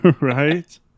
Right